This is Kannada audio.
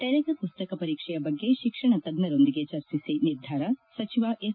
ತೆರೆದ ಮಸ್ತಕ ಪರೀಕ್ಷೆಯ ಬಗ್ಗೆ ಶಿಕ್ಷಣ ತಜ್ಞರೊಂದಿಗೆ ಚರ್ಚಿಸಿ ನಿರ್ಧಾರ ಸಚಿವ ಎಸ್